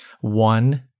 One